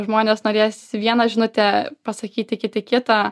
žmonės norės vieną žinutę pasakyti kiti kitą